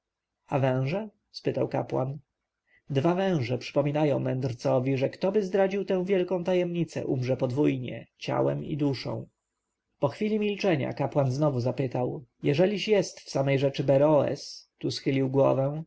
a węże spytał kapłan dwa węże przypominają mędrcowi że ktoby zdradził tę wielką tajemnicę umrze podwójnie ciałem i duszą po chwili milczenia kapłan znowu zapytał jeżeliś jest w samej rzeczy beroes tu schylił głowę